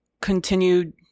continued